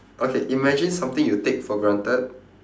okay imagine something you take for granted